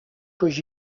coix